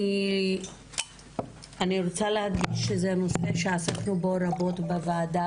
אני רוצה להגיד שזה נושא שעסקנו בו רבות בוועדה,